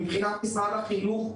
מבחינת משרד החינוך,